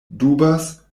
dubas